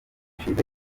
ashize